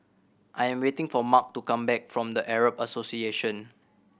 I'm waiting for Marc to come back from The Arab Association